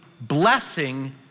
blessing